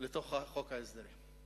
לתוך חוק ההסדרים.